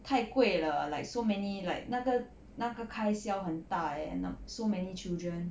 太贵了 like so many like 那个那个开销很大 eh now so many children